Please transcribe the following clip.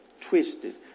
twisted